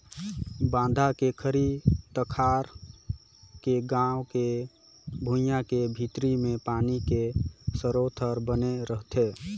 बांधा के घरी तखार के गाँव के भुइंया के भीतरी मे पानी के सरोत हर बने रहथे